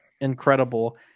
incredible